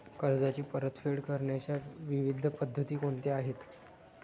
कर्जाची परतफेड करण्याच्या विविध पद्धती कोणत्या आहेत?